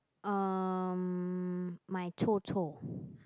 um my chou-chou